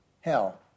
hell